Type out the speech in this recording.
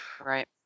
Right